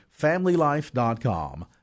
familylife.com